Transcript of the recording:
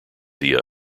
via